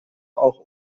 auch